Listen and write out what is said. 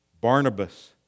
Barnabas